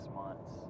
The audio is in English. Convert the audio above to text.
months